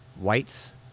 whites